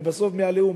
ובסוף מה"עליהום"